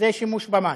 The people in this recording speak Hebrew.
שימוש במים.